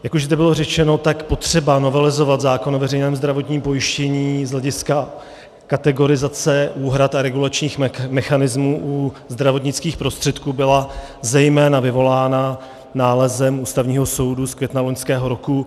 Jak už zde bylo řečeno, potřeba novelizovat zákon o veřejném zdravotním pojištění z hlediska kategorizace úhrad a regulačních mechanismů u zdravotnických prostředků byla zejména vyvolána nálezem Ústavního soudu z května loňského roku.